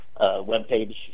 webpage